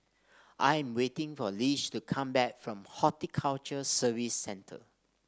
I am waiting for Lish to come back from Horticulture Services Centre